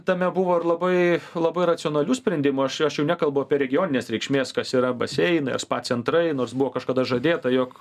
tame buvo ir labai labai racionalių sprendimų aš aš jau nekalbu apie regioninės reikšmės kas yra baseinai ar spa centrai nors buvo kažkada žadėta jog